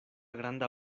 granda